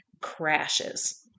crashes